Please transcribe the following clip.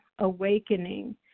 awakening